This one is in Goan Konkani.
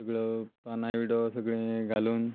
सगळो पाना विडो सगळें घालून